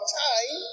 time